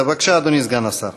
בבקשה, אדוני סגן השר.